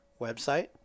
website